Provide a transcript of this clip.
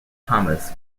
thomas